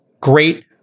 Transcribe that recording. great